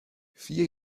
vier